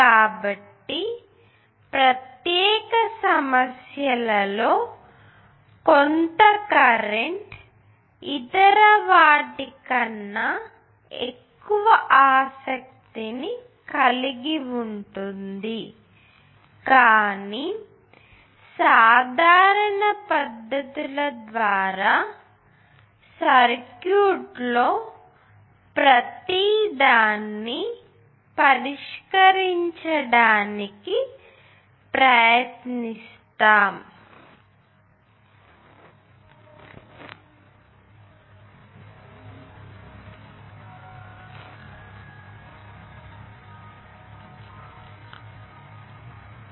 కాబట్టి ప్రత్యేక సమస్యలలో కొంత కరెంట్ ఇతర వాటి కన్నా ఎక్కువ ఆసక్తి కలిగి ఉంటుంది కానీ సాధారణ పద్ధతుల ద్వారా సర్క్యూట్లో ప్రతీదాన్ని పరిష్కరించడానికి ప్రయత్నిస్తాము